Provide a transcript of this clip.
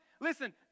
Listen